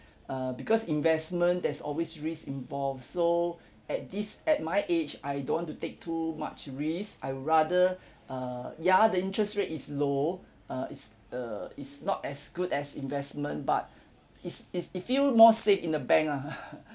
uh because investment there's always risks involved so at this at my age I don't want to take too much risk I rather uh ya the interest rate is low uh is uh is not as good as investment but is is it feel more safe in a bank lah